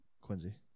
Quincy